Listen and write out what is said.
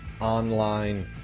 online